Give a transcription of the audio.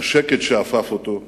השקט שאפף אותו,